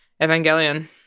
Evangelion